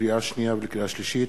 לקריאה שנייה ולקריאה שלישית: